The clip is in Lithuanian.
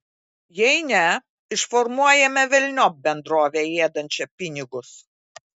jei ne išformuojame velniop bendrovę ėdančią pinigus